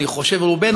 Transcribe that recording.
אני חושב רובנו,